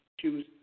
choose